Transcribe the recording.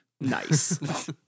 Nice